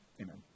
Amen